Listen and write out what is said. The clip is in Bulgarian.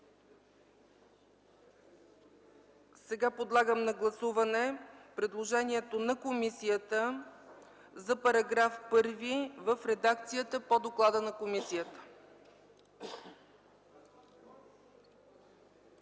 Сега подлагам на гласуване предложението на комисията за § 1 в редакцията по доклада на комисията.